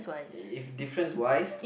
if difference wise